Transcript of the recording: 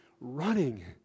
running